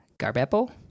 Garbepo